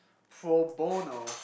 pro bono